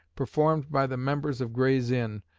performed by the members of gray's inn,